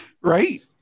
Right